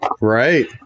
right